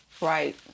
Right